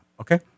Okay